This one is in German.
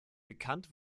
bekannt